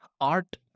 art